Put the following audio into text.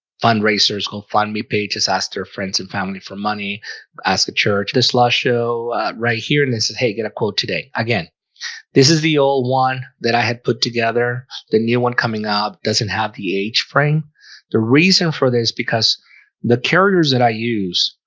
fund raisers gofundme pages ask their friends and family for money as a church this last show right here and they said hey get a quote today again this is the old one that i had put together the new one coming up doesn't have the h frame the reason for this because the characters that i use